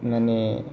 माने